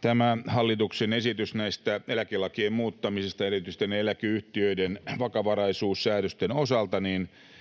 Tämä hallituksen esitys näistä eläkelakien muuttamisista erityisesti näiden eläkeyhtiöiden vakavaraisuussäädösten osalta on